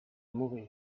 mourir